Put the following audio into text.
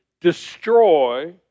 destroy